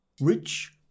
rich